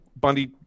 bundy